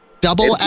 Double